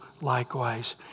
likewise